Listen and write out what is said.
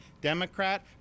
Democrat